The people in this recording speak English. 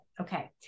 Okay